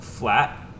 flat